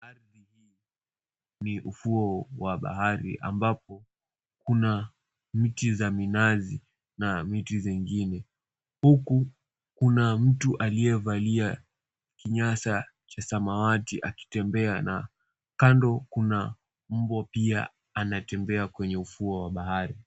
Ardhi ni ufuo wa bahari ambapo kuna miti za minazi na miti zingine. Huku kuna mtu aliyevalia kinyasa cha samawati akitembea na kando kuna umbwa pia anatembea kwenye ufuo wa bahari.